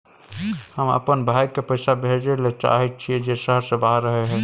हम अपन भाई के पैसा भेजय ले चाहय छियै जे शहर से बाहर रहय हय